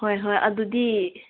ꯍꯣꯏ ꯍꯣꯏ ꯑꯗꯨꯗꯤ